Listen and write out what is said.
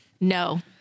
No